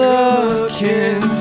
looking